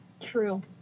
True